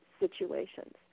situations